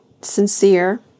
Sincere